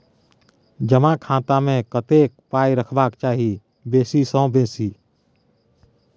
जमा खाता मे कतेक पाय रखबाक चाही बेसी सँ बेसी?